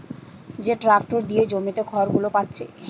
যে ট্যাক্টর দিয়ে জমিতে খড়গুলো পাচ্ছে